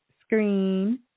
screen